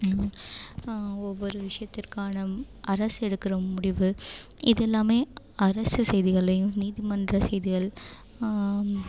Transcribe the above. ஒவ்வொரு விஷயத்திற்கான அரசு எடுக்கிற முடிவு இதுயெல்லாமே அரசு செய்திகள்லயும் நீதிமன்ற செய்திகள்